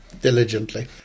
diligently